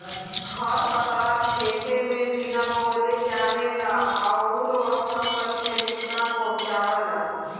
खरपतवार खेते में बिना बोअले जामेला अउर फसल के नुकसान पहुँचावेला